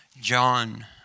John